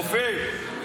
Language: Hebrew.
אופיר,